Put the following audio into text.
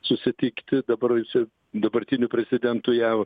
susitikti dabar su dabartiniu prezidentu jav